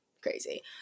crazy